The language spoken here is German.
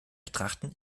betrachten